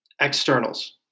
externals